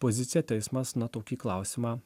poziciją teismas na tokį klausimą